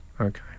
Okay